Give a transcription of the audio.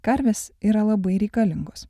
karvės yra labai reikalingos